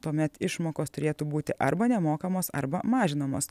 tuomet išmokos turėtų būti arba nemokamos arba mažinamos